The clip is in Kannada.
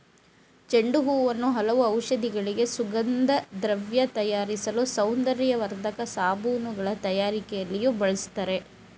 ಚೆಂಡು ಹೂವನ್ನು ಹಲವು ಔಷಧಿಗಳಿಗೆ, ಸುಗಂಧದ್ರವ್ಯ ತಯಾರಿಸಲು, ಸೌಂದರ್ಯವರ್ಧಕ ಸಾಬೂನುಗಳ ತಯಾರಿಕೆಯಲ್ಲಿಯೂ ಬಳ್ಸತ್ತರೆ